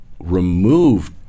remove